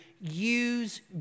use